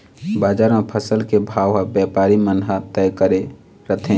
बजार म फसल के भाव ह बेपारी मन ह तय करे रथें